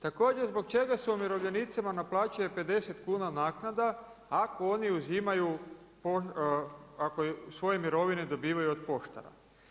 Također zbog čega se umirovljenicima naplaćuje 50 kuna naknada ako oni uzimaju, ako svoje mirovine dobivaju od poštara?